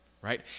Right